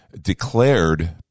declared